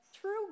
true